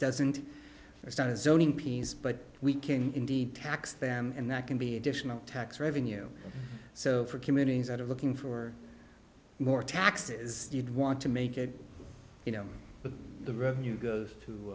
doesn't i started zoning please but we can indeed tax them and that can be additional tax revenue so for communities that are looking for more taxes you'd want to make it you know with the revenue go to